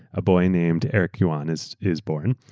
a boy named eric yuan is is born.